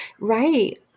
Right